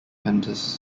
fenders